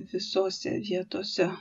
visose vietose